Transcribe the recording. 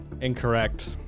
Incorrect